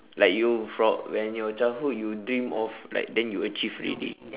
like you from when your childhood you dream of like then you achieve already